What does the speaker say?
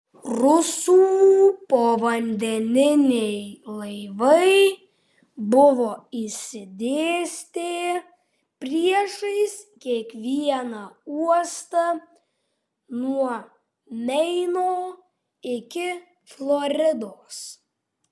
rusų povandeniniai laivai buvo išsidėstę priešais kiekvieną uostą nuo meino iki floridos